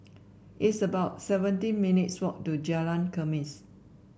it's about seventeen minutes' walk to Jalan Khamis